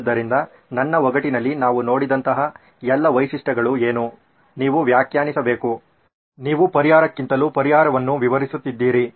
ಆದ್ದರಿಂದ ನನ್ನ ಒಗಟಿನಲ್ಲಿ ನಾವು ನೋಡಿದಂತಹ ಎಲ್ಲಾ ವೈಶಿಷ್ಟ್ಯಗಳು ಏನು ನೀವು ವ್ಯಾಖ್ಯಾನಿಸಬೇಕು ನೀವು ಪರಿಹಾರಕ್ಕಿಂತಲೂ ಪರಿಹಾರವನ್ನು ವಿವರಿಸುತ್ತಿದ್ದೀರಿ